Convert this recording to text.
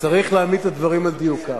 צריך להעמיד את הדברים על דיוקם.